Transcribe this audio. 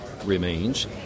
Remains